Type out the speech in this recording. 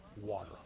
water